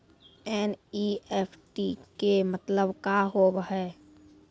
NEFT के मतलब का होव हेय?